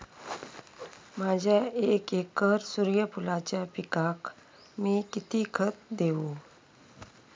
माझ्या एक एकर सूर्यफुलाच्या पिकाक मी किती खत देवू?